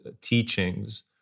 teachings